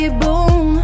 boom